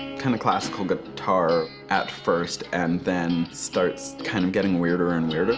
kind of classical guitar at first and then starts kind of getting weirder and weirder.